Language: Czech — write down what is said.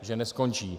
Že neskončí.